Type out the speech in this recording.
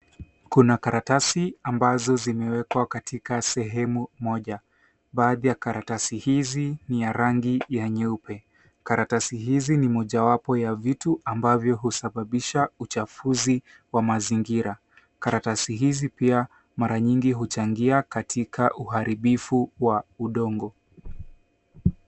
Kuna karatasi ambazo zimewekwa katika sehemu moja. Baadhi ya karatasi hizi ni ya rangi ya nyeupe. Karatasi hizi ni mojawapo ya vitu ambavyo husababisha uchafuzi wa mazingira. Karatasi hizi pia mara nyingi huchangia katika uharibifu wa udongo.